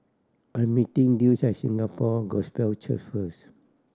I am meeting Dulce at Singapore Gospel Church first